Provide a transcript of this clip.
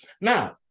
Now